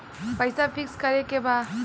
पैसा पिक्स करके बा?